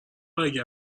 اگه